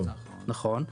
נכון.